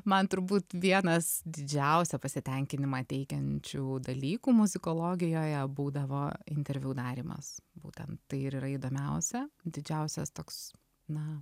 man turbūt vienas didžiausią pasitenkinimą teikiančių dalykų muzikologijoje būdavo interviu darymas būtent tai ir yra įdomiausia didžiausias toks na